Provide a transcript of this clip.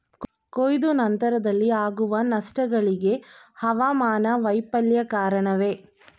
ಕೊಯ್ಲು ನಂತರದಲ್ಲಿ ಆಗುವ ನಷ್ಟಗಳಿಗೆ ಹವಾಮಾನ ವೈಫಲ್ಯ ಕಾರಣವೇ?